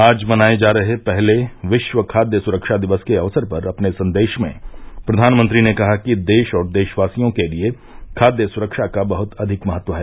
आज मनाए जा रहे पहले विश्व खाद्य सुरक्षा दिवस के अवसर पर अपने संदेश में प्रधानमंत्री ने कहा कि देश और देशवासियों के लिए खाद्य सुरक्षा का बहुत अधिक महत्व है